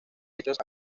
hechos